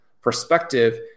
perspective